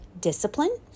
discipline